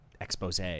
expose